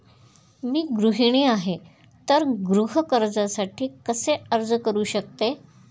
मी गृहिणी आहे तर गृह कर्जासाठी कसे अर्ज करू शकते?